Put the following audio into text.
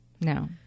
No